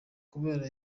kubera